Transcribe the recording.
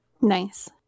Nice